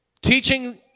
Teaching